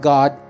God